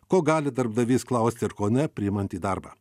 ko gali darbdavys klausti ir ko ne priimant į darbą